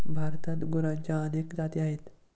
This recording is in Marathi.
भारतात गुरांच्या अनेक जाती आहेत